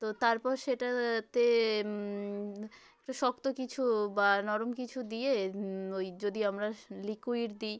তো তারপর সেটাতে একটা শক্ত কিছু বা নরম কিছু দিয়ে ওই যদি আমরা লিক্যুইড দিই